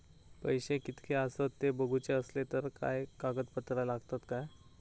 पैशे कीतके आसत ते बघुचे असले तर काय कागद पत्रा लागतात काय?